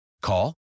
Call